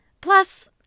Plus